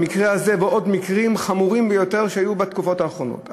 במקרה הזה ובעוד מקרים חמורים ביותר שהיו בתקופות האחרונות.